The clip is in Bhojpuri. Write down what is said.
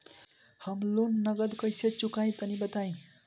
हम लोन नगद कइसे चूकाई तनि बताईं?